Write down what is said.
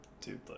dude